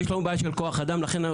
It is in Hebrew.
יש לנו בעיה של כוח אדם ולכן אנחנו